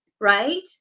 right